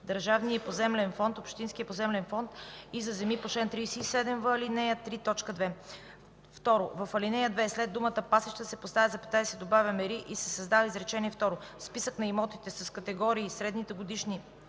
държавния поземлен фонд, общинския поземлен фонд и за земи по чл. 37в, ал. 3, т. 2.” 2. В ал. 2 след думата „пасища” се поставя запетая и се добавя „мери”, и се създава изречение второ: „Списък на имотите с категории и средните годишни